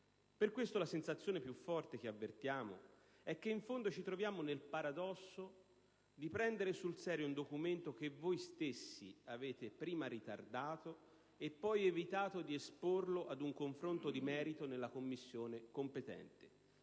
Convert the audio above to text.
Per questo la sensazione più forte che avvertiamo è che in fondo ci troviamo nel paradosso di prendere sul serio un documento che voi stessi avete prima ritardato e poi evitato di esporre ad un confronto di merito nella Commissione competente.